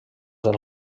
del